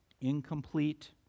incomplete